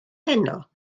heno